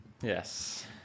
Yes